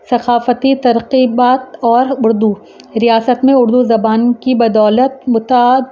ثقافتی تقریبات اور اردو ریاست میں اردو زبان کی بدولت متعدد